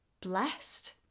blessed